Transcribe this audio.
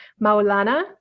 Maulana